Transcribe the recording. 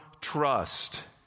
trust